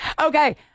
Okay